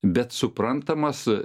bet suprantamas